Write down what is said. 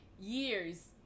years